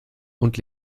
und